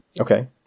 Okay